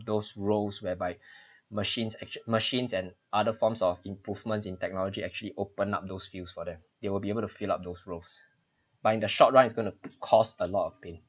those roles whereby machines e~ machines and other forms of improvements in technology actually open up those fields for them they will be able to fill up those roles but in the short run it's going to cost a lot of pain